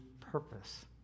purpose